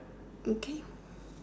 okay